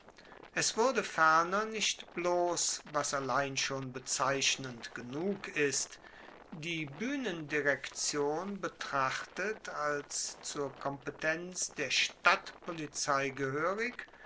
es wurde ferner nicht bloss was allein schon bezeichnend genug ist die buehnendirektion betrachtet als zur kompetenz der stadtpolizei gehoerig